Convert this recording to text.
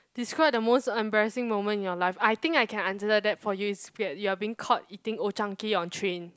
describe the most embarrassing moment in your life I think I can answer that that for you is you are being caught eating Old Chang-Kee on train